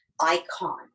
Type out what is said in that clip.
icon